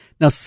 Now